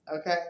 Okay